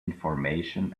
information